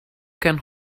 can